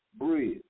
bread